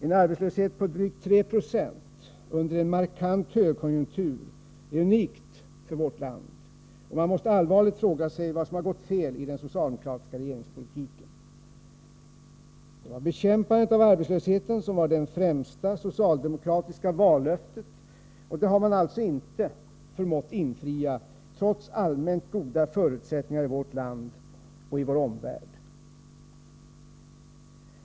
En arbetslöshet på drygt 3 26 procent under en markant högkonjunktur är unik för vårt land, och man måste allvarligt fråga sig vad som har gått fel i den socialdemokratiska regeringspolitiken. Det var bekämpandet av arbetslösheten som var det främsta socialdemokratiska vallöftet, och det har man alltså inte förmått infria trots allmänt goda förutsättningar i vårt land och i vår omvärld.